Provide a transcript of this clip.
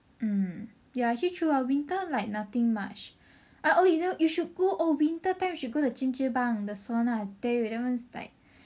mm ya actually true ah winter like nothing much ah oh no you know you should go oh winter time you should go the the sauna I tell you that one is like